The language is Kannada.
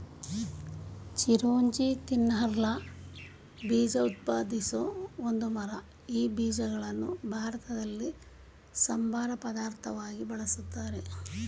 ಚಿರೋಂಜಿ ತಿನ್ನಲರ್ಹ ಬೀಜ ಉತ್ಪಾದಿಸೋ ಒಂದು ಮರ ಈ ಬೀಜಗಳನ್ನು ಭಾರತದಲ್ಲಿ ಸಂಬಾರ ಪದಾರ್ಥವಾಗಿ ಬಳುಸ್ತಾರೆ